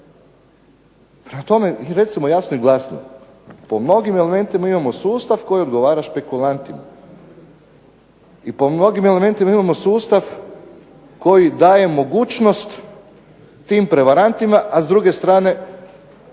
tome, recimo jasno i glasno. Po mnogim elementima imamo sustav koji odgovora špekulantima. I po mnogim elementima imamo sustav koji daje mogućnost tim prevarantima, a s druge strane